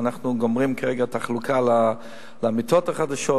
אנחנו גומרים כרגע את החלוקה למיטות החדשות,